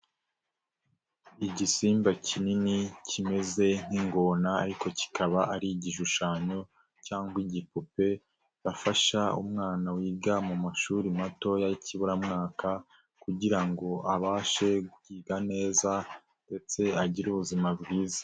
Igisimba kinini kimeze nk'ingona ariko kikaba ari igishushanyo cyangwa igipupe, bafasha umwana wiga mu mashuri matoya y'ikiburamwaka kugira ngo abashe kwiga neza ndetse agire ubuzima bwiza.